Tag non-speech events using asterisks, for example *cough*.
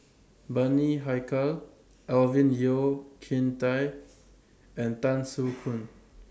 Bani Haykal Alvin Yeo Khirn Hai and Tan Soo *noise* Khoon